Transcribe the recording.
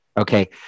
Okay